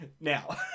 now